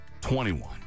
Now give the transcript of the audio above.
21